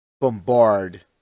bombard